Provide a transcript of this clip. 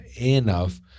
enough